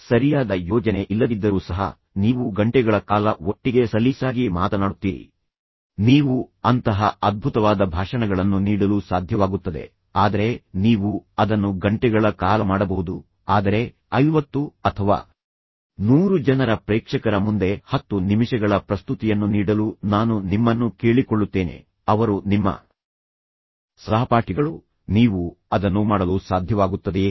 ಸರಿಯಾದ ಯೋಜನೆ ಇಲ್ಲದಿದ್ದರೂ ಸಹ ನೀವು ಗಂಟೆಗಳ ಕಾಲ ಒಟ್ಟಿಗೆ ಸಲೀಸಾಗಿ ಮಾತನಾಡುತ್ತೀರಿ ನೀವು ಅಂತಹ ಅದ್ಭುತವಾದ ಭಾಷಣಗಳನ್ನು ನೀಡಲು ಸಾಧ್ಯವಾಗುತ್ತದೆ ಆದರೆ ನೀವು ಅದನ್ನು ಗಂಟೆಗಳ ಕಾಲ ಮಾಡಬಹುದು ಆದರೆ 50 ಅಥವಾ 100 ಜನರ ಪ್ರೇಕ್ಷಕರ ಮುಂದೆ ಹತ್ತು ನಿಮಿಷಗಳ ಪ್ರಸ್ತುತಿಯನ್ನು ನೀಡಲು ನಾನು ನಿಮ್ಮನ್ನು ಕೇಳಿಕೊಳ್ಳುತ್ತೇನೆ ಅವರು ನಿಮ್ಮ ಸಹಪಾಠಿಗಳು ನೀವು ಅದನ್ನು ಮಾಡಲು ಸಾಧ್ಯವಾಗುತ್ತದೆಯೇ